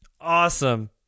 awesome